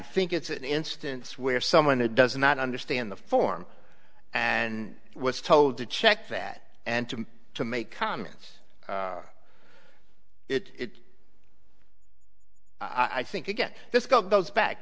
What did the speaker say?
think it's an instance where someone who does not understand the form and was told to check that and to to make comments it i think again this goes back